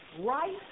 right